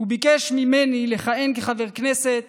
וביקש ממני לכהן כחבר הכנסת